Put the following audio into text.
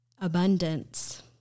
abundance